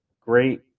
great